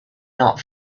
not